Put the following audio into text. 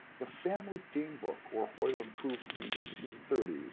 the family game book or hoyle improved from the eighteen thirty s,